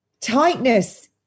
tightness